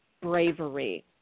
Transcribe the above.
bravery